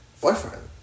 boyfriend